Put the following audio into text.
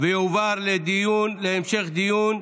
ותועבר להמשך דיון.